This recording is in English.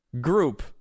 group